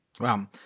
Wow